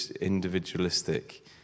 individualistic